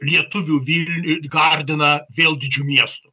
lietuvių vilnių gardiną vėl didžiu miestu